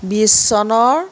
বিশ চনৰ